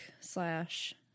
slash